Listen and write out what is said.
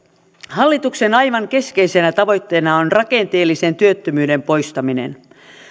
hallituksen aivan keskeisenä tavoitteena on rakenteellisen työttömyyden poistaminen